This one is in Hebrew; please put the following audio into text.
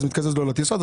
וזה מתקזז עם הטיסות.